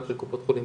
גם של קופות חולים,